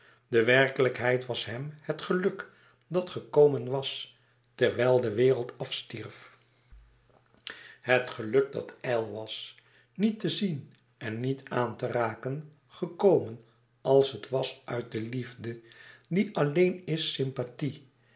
de werkelijkheid was hem het geluk dat gekomen was terwijl de wereld afstierf het geluk dat ijl was niet te zien en niet aan te raken gekomen als het was uit de liefde die alleen is sympathie